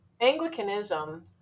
Anglicanism